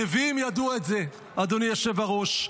הנביאים ידעו את זה, אדוני היושב-ראש.